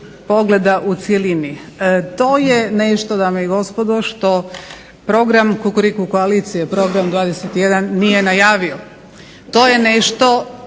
pogleda u cjelini. To je nešto dame i gospodo što program Kukuriku koalicije, program 21 nije najavio. To je nešto